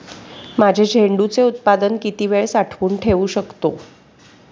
माझे झेंडूचे उत्पादन किती वेळ साठवून ठेवू शकतो?